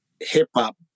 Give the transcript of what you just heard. hip-hop